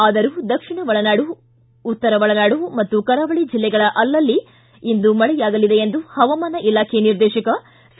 ಆದರೂ ದಕ್ಷಿಣ ಒಳನಾಡು ಉತ್ತರ ಒಳನಾಡು ಮತ್ತು ಕರಾವಳಿ ಜಿಲ್ಲೆಗಳ ಅಲ್ಲಲ್ಲಿ ಇಂದು ಮಳೆಯಾಗಲಿದೆ ಎಂದು ಪವಾಮಾನ ಇಲಾಖೆ ನಿರ್ದೇಶಕ ಸಿ